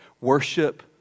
Worship